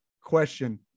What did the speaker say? question